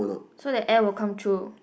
so that air will come through